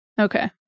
Okay